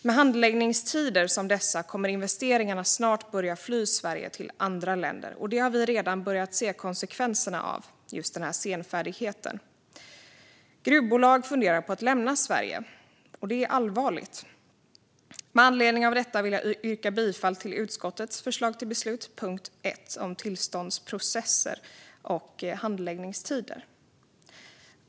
Med handläggningstider som dessa kommer investeringarna snart att börja fly Sverige till andra länder. Vi har redan börjat se sådana konsekvenser av senfärdigheten. Gruvbolag funderar på att lämna Sverige, och det är allvarligt. Med anledning av detta yrkar jag bifall till utskottets förslag till beslut under punkt 1 om tillståndsprocesser och handläggningstider.